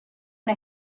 una